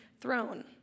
throne